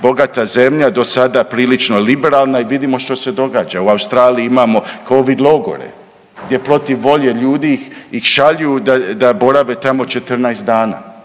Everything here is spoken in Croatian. bogata zemlje do sada prilično liberalna i vidimo što se događa. U Australiji imamo covid logore gdje protiv volje ih šalju da borave tamo 14 dana.